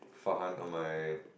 Farhan and my